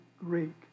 Greek